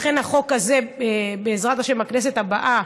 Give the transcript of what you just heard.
לכן החוק הזה, בעזרת השם, יימשך לכנסת הבאה.